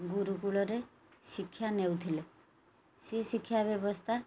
ଗୁରୁକୁଳରେ ଶିକ୍ଷା ନେଉଥିଲେ ସେ ଶିକ୍ଷା ବ୍ୟବସ୍ଥା